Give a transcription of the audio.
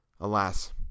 Alas